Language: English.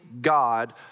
God